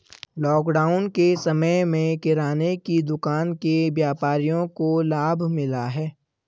lockdown के समय में किराने की दुकान के व्यापारियों को लाभ मिला है